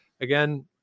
again